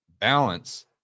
balance